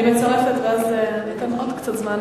אני אתן עוד קצת זמן,